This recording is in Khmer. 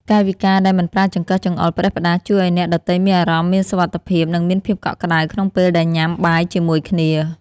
កាយវិការដែលមិនប្រើចង្កឹះចង្អុលផ្តេសផ្តាសជួយឱ្យអ្នកដទៃមានអារម្មណ៍មានសុវត្ថិភាពនិងមានភាពកក់ក្តៅក្នុងពេលដែលញ៉ាំបាយជាមួយគ្នា។